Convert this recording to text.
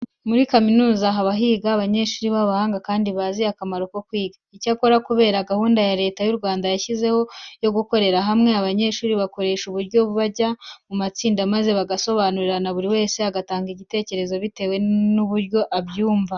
Muri kaminuza haba higa abanyeshuri b'abahanga kandi bazi akamaro ko kwiga. Icyakora kubera gahunda Leta y'u Rwanda yashyizeho yo gukorera hamwe, abanyeshuri bakoresha ubu buryo bajya mu matsinda maze bagasobanurirana buri wese agatanga igitekerezo bitewe n'uburyo abyumva.